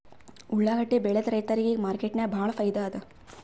ಉಳ್ಳಾಗಡ್ಡಿ ಬೆಳದ ರೈತರಿಗ ಈಗ ಮಾರ್ಕೆಟ್ನಾಗ್ ಭಾಳ್ ಫೈದಾ ಅದಾ